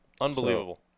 Unbelievable